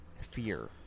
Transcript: fear